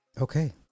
Okay